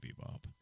Bebop